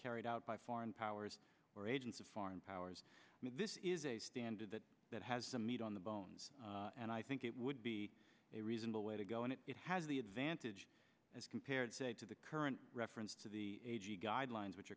carried out by foreign powers or agents of foreign powers this is a standard that that has some meat on the bones and i think it would be a reasonable way to go and it it has the advantage as compared say to the current reference to the a g guidelines which